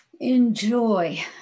Enjoy